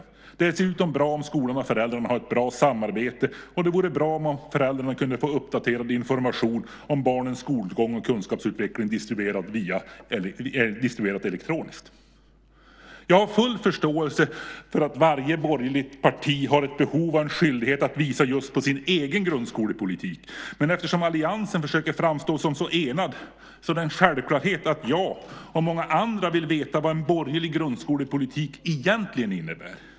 Det är dessutom bra om skolan och föräldrarna har ett bra samarbete, och det vore bra om föräldrarna kunde få uppdaterad information om barnens skolgång och kunskapsutveckling distribuerad elektroniskt. Jag har full förståelse för att varje borgerligt parti har ett behov och en skyldighet att visa just på sin egen grundskolepolitik. Men eftersom alliansen försöker framstå som så enad är det en självklarhet att jag och många andra vill veta vad en borgerlig grundskolepolitik egentligen innebär.